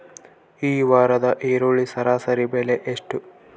ಈ ವಾರದ ಈರುಳ್ಳಿ ಸರಾಸರಿ ಬೆಲೆ ಎಷ್ಟು?